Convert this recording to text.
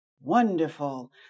Wonderful